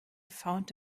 found